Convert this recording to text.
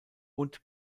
und